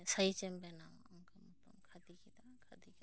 size ᱮᱢ ᱵᱮᱱᱟᱣ